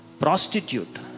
prostitute